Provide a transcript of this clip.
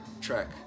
track